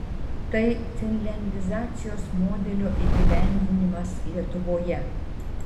tai finliandizacijos modelio įgyvendinimas lietuvoje